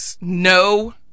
No